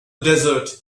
desert